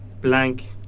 Blank